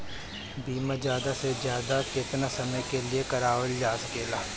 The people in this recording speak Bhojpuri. बीमा ज्यादा से ज्यादा केतना समय के लिए करवायल जा सकेला?